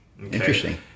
Interesting